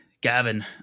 Gavin